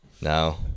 No